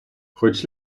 хоч